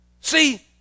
See